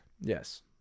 Yes